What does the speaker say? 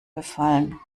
befallen